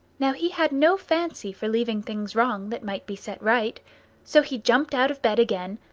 now he had no fancy for leaving things wrong that might be set right so he jumped out of bed again,